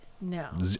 no